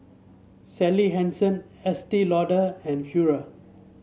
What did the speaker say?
Sally Hansen Estee Lauder and Pura